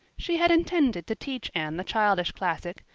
she had intended to teach anne the childish classic,